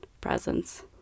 presents